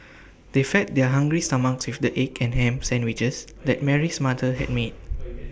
they fed their hungry stomachs with the egg and Ham Sandwiches that Mary's mother had made